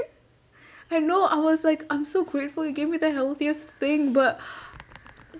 I know I was like I'm so grateful you gave me the healthiest thing but